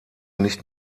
nicht